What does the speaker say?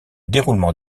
déroulement